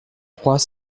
trois